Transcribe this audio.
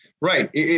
Right